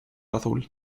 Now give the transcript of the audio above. azul